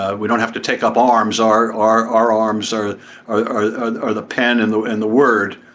ah we don't have to take up arms are are our arms are are are the pen and the and the word.